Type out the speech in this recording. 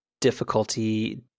difficulty